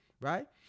right